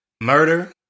Murder